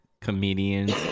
comedians